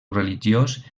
religiós